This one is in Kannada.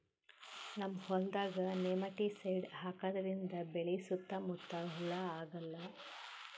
ನಮ್ಮ್ ಹೊಲ್ದಾಗ್ ನೆಮಟಿಸೈಡ್ ಹಾಕದ್ರಿಂದ್ ಬೆಳಿ ಸುತ್ತಾ ಮುತ್ತಾ ಹುಳಾ ಆಗಲ್ಲ